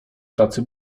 tacy